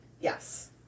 Yes